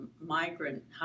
migrant